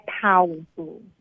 powerful